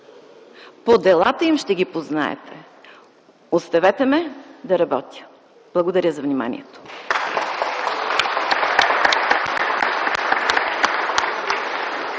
„По делата им ще ги познаете”. Оставете ме да работя. Благодаря за вниманието.